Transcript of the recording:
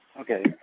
Okay